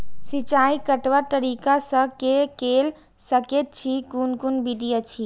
सिंचाई कतवा तरीका स के कैल सकैत छी कून कून विधि अछि?